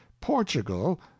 portugal